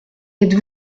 êtes